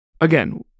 Again